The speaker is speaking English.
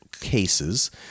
cases